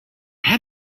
had